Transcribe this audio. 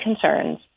concerns